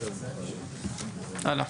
הלאה.